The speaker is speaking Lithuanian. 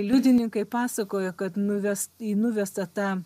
liudininkai pasakojo kad nuves į nuvestą tą